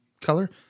color